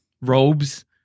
robes